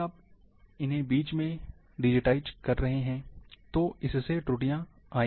यदि आप इन्हें बीच में डिजिटाइज़ कर रहे हैं तो इससे त्रुटियां आएँगी